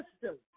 system